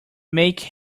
make